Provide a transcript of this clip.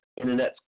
internet